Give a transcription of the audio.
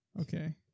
Okay